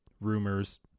rumors